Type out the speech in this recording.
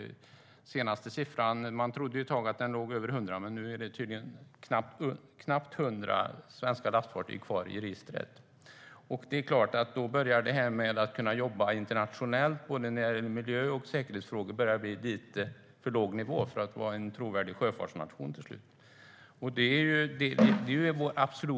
Ett tag trodde man att det var över 100 svenska lastfartyg kvar i registret, men det är tydligen bara knappt 100. Till slut blir nivån för låg för att vi ska kunna vara en trovärdig sjöfartsnation och kunna jobba internationellt med miljö och säkerhetsfrågor.